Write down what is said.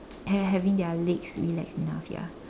ha~ having their legs relaxed enough ya